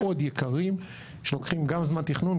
מאוד יקרים שלוקחים גם זמן תכנון,